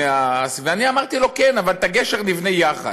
ואני אמרתי לו: כן, אבל את הגשר נבנה יחד.